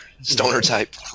Stoner-type